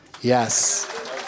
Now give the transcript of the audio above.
Yes